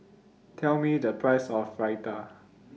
Tell Me The Price of Raita